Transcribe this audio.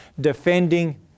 defending